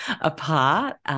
apart